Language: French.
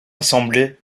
assemblée